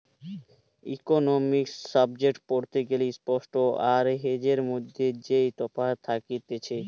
economics subject পড়তে গ্যালে spot আর হেজের মধ্যে যেই তফাৎ থাকতিছে